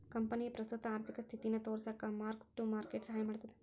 ಕಂಪನಿಯ ಪ್ರಸ್ತುತ ಆರ್ಥಿಕ ಸ್ಥಿತಿನ ತೋರಿಸಕ ಮಾರ್ಕ್ ಟು ಮಾರ್ಕೆಟ್ ಸಹಾಯ ಮಾಡ್ತದ